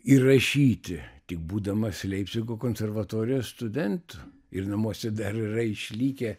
ir rašyti tik būdamas leipcigo konservatorijos studentu ir namuose dar yra išlikę